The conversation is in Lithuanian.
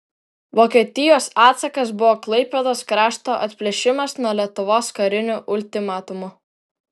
vokietijos atsakas buvo klaipėdos krašto atplėšimas nuo lietuvos kariniu ultimatumu